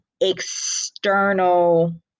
external